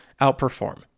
outperform